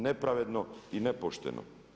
Nepravedno i nepošteno.